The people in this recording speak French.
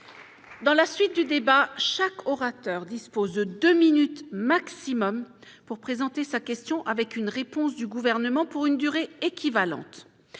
Je rappelle que chaque orateur dispose de deux minutes au maximum pour présenter sa question, avec une réponse du Gouvernement pour une durée équivalente.